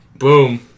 Boom